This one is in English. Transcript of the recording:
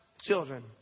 children